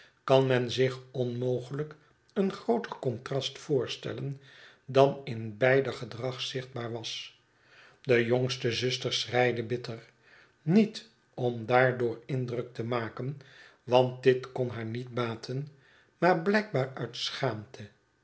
kan men zich onmogelijk een grooter contrast voorstellen dan in beider gedrag zichtbaar was de jongste zuster schreide bitter niet om daardoor indruk te maken want dit kon haar niet baten maar blijkbaar uit schaamte